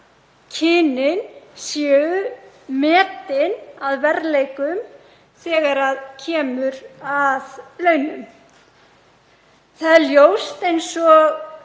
kynin séu metin að verðleikum þegar kemur að launum. Það er ljóst, eins og